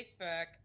Facebook